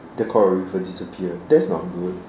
the coral reef will disappear that's not good